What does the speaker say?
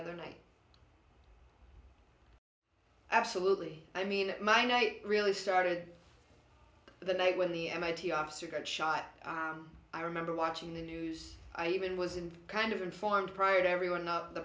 other night absolutely i mean my no it really started the night when the mit officer got shot i remember watching the news i even was in kind of informed prior to everyone in the